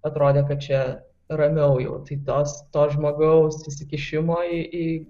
atrodė kad čia ramiau jau tai tos to žmogaus įsikišimo į